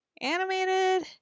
animated